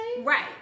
right